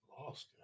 Lost